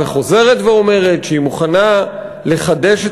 וחוזרת ואומרת שהיא מוכנה לחדש את